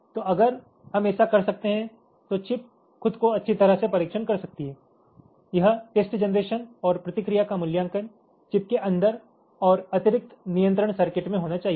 तो अगर हम ऐसा कर सकते हैं तो चिप खुद को अच्छी तरह से परीक्षण कर सकती है यह टेस्ट जनरेशन और प्रतिक्रिया का मूल्यांकन चिप के अंदर और अतिरिक्त नियंत्रण सर्किट में होना चाहिए